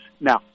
Now